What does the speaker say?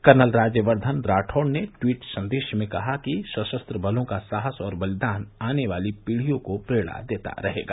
colonel Rajyavardhan Rathore ने tweet संदेश में कहा कि सशस्त्र बलों का साहस और बलिदान आने वाली पीढ़ियों को प्रेरणा देता रहेगा